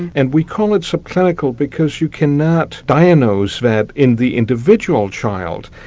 and we call it sub-clinical because you cannot diagnose that in the individual child,